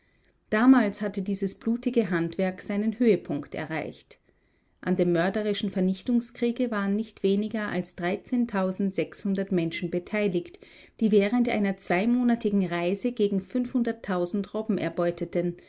damals hatte dieses blutige handwerk seinen höhepunkt erreicht an dem mörderischen vernichtungskriege waren nicht weniger als menschen beteiligt die während einer zweimonatigen reise gegen truppen erbeuteten